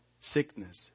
sickness